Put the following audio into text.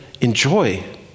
enjoy